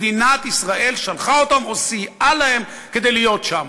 מדינת ישראל שלחה אותם או סייעה להם להיות שם,